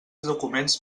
documents